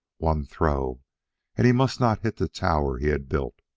one throw and he must not hit the tower he had built.